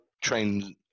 train